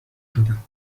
شدم